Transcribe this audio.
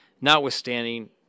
notwithstanding